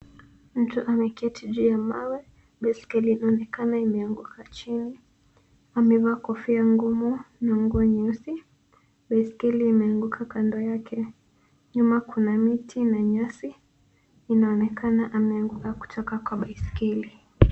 Mtu ameketi juu ya mawe, baiskeli inaonekana imeanguka chini. Amevaa kofia ngumu na nguo nyeusi, baiskeli imeanguka kando yake. Nyuma kuna miti na nyasi. Inaonekana ameanguka kutoka kwa baiskeli.